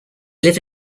live